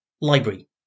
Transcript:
Library